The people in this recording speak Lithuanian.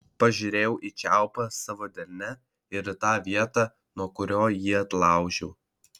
pažiūrėjau į čiaupą savo delne ir į tą vietą nuo kurio jį atlaužiau